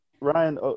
Ryan